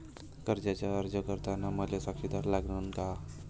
कर्जाचा अर्ज करताना मले साक्षीदार लागन का?